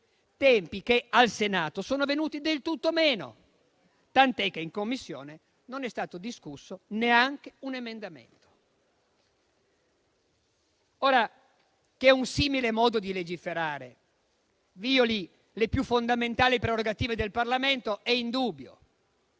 tempi che al Senato sono venuti del tutto meno, tant'è che in Commissione non è stato discusso neanche un emendamento. Ora, che un simile modo di legiferare violi le più fondamentali prerogative del Parlamento è indubbio.